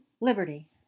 Liberty